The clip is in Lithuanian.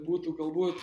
būtų galbūt